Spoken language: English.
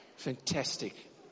Fantastic